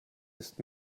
ist